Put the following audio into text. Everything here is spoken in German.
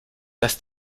dass